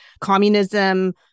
communism